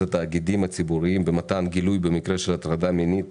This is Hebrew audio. התאגידים הציבוריים במתן גילוי במקרה של הטרדה מינית